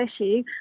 issue